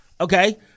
Okay